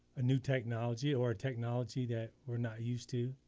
a new technology, or a technology that we're not used to.